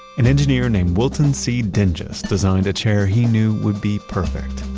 an engineer named wilton c. dinges designed a chair he knew would be perfect.